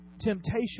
temptation